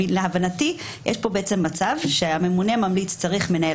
להבנתי יש כאן מצב שהממונה ממליץ שצריך מנהל